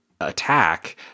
attack